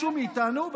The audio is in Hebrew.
ביקשו מאיתנו,